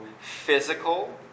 physical